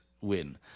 win